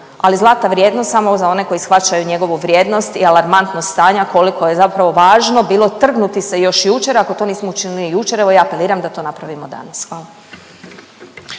ali zlata vrijedno samo za one koji shvaćaju njegovu vrijednost i alarmantno stanje, a koliko je zapravo važno bilo trgnuti se još jučer. Ako to nismo učinili jučer, evo ja apeliram da to napravimo danas. Hvala.